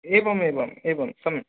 एवम् एवम् एवं सम्यक्